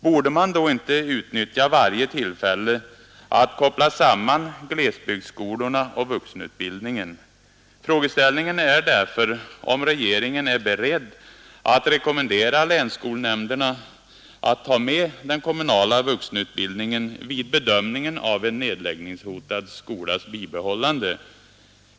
Borde man då inte utnyttja varje tillfälle att koppla samman glesbygdsskolorna och vuxenutbildningen? Frågeställningen är därför om regeringen är beredd att rekommendera länsskolnämnderna att ta med den kommunala vuxenutbildningen vid bedömningen av en nedläggningshotad skolas bibehållande.